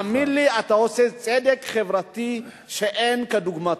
תאמין לי, אתה עושה צדק חברתי שאין כדוגמתו.